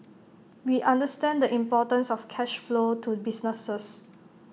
we understand the importance of cash flow to businesses